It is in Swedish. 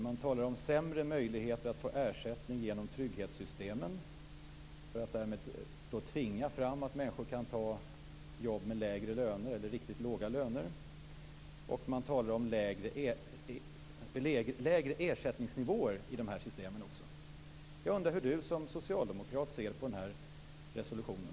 Man talar om sämre möjligheter att få ersättning genom trygghetssystemen för att därmed tvinga fram att människor tar jobb med lägre eller riktigt låga löner. Man talar också om lägre ersättningsnivåer i de här systemen. Jag undrar hur Reynoldh Furustrand som socialdemokrat ser på den här resolutionen.